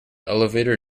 elevator